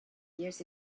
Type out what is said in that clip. years